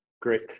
Great